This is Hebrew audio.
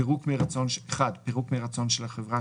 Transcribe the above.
פירוק מרצון של החברה,